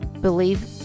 Believe